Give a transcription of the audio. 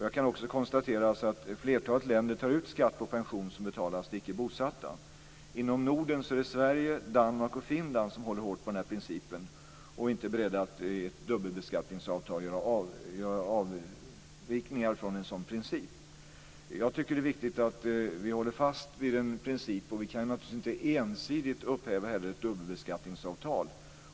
Jag konstaterar också att flertalet länder tar ut skatt på pensioner som betalas till icke bosatta i landet. Inom Norden är det Sverige, Danmark och Finland som håller hårt på denna princip och inte är beredda att göra avsteg från den i ett dubbelbeskattningsavtal. Jag tycker att det är viktigt att vi håller fast vid en princip, och vi kan naturligtvis inte ensidigt upphäva ett dubbelbeskattningsavtal.